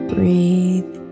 Breathe